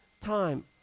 time